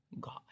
god